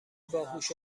باهوش